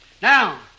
Now